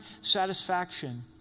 satisfaction